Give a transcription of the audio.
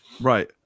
Right